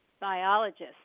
biologists